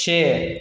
से